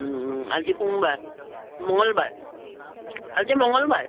আজি সোমবাৰ মঙলবাৰ আজি মঙলবাৰ